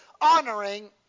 honoring